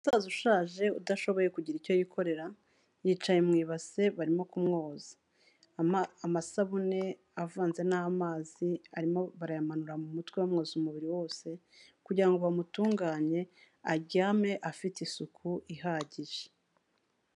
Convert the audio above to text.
Umusaza ushaje udashoboye kugira icyo yikorera, yicaye mu ibase barimo kumwoza. Amasabune avanze n'amazi arimo barayamanura mu mutwe bamwoza umubiri wose, kugira ngo bamutunganye aryame afite isuku ihagije.